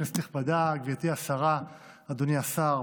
כנסת נכבדה, גברתי השרה, אדוני השר,